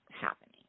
happening